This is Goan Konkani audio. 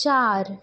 चार